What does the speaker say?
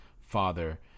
father